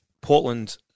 Portland